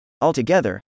altogether